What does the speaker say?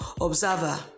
observer